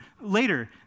later